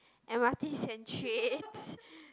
M_R_Ts and trains